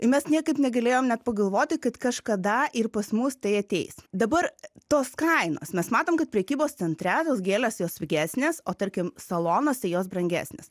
ir mes niekaip negalėjom net pagalvoti kad kažkada ir pas mus tai ateis dabar tos kainos mes matom kad prekybos centre tos gėlės jos pigesnės o tarkim salonuose jos brangesnės